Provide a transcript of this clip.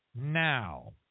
now